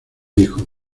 dijo